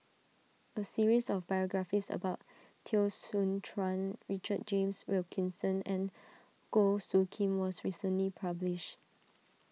a series of biographies about Teo Soon Chuan Richard James Wilkinson and Goh Soo Khim was recently published